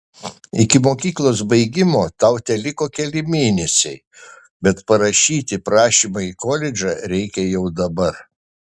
iki mokyklos baigimo tau teliko keli mėnesiai bet parašyti prašymą į koledžą reikia jau dabar